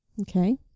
Okay